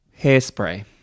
Hairspray